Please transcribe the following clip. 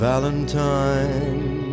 Valentine